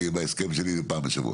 בהסכם שלי יש לי פעם בשבוע.